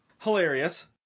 Hilarious